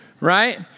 right